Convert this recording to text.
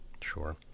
sure